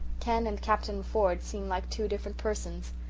ken and captain ford seem like two different persons.